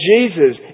Jesus